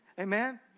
Amen